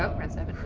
ah round seven.